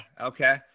Okay